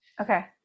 okay